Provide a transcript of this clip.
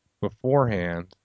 beforehand